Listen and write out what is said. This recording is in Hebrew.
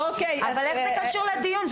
אבל איך זה קשור לדיון?